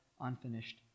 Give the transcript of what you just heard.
unfinished